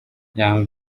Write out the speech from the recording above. young